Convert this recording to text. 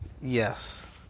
Yes